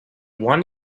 one